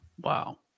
Wow